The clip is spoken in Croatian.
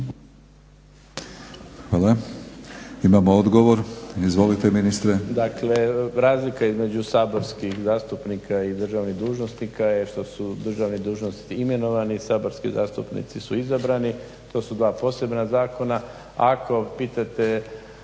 Hvala. Imamo odgovor, izvolite ministre. **Mrsić, Mirando (SDP)** Dakle, razlika je između saborskih zastupnika i državnih dužnosnika je što su državni dužnosnici imenovani, saborski zastupnici su izabrani. To su dva posebna zakona. Ako pitate